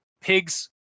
pigs